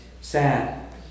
sad